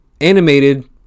animated